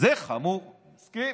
זה חמור, מסכים.